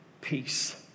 peace